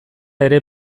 ere